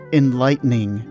enlightening